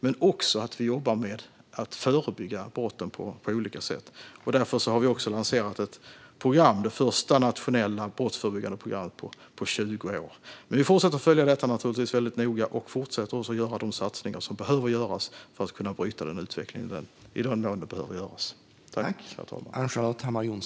Men vi måste också jobba med att förebygga brotten på olika sätt. Därför har vi lanserat ett program, det första nationella brottsförebyggande programmet på 20 år. Vi fortsätter naturligtvis att noggrant följa detta, och vi fortsätter också att göra de satsningar som behöver göras för att bryta utvecklingen i den mån det behöver göras.